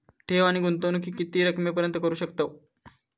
ठेव आणि गुंतवणूकी किती रकमेपर्यंत करू शकतव?